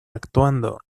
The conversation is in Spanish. actuando